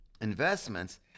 investments